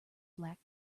black